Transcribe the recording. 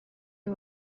iyo